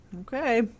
Okay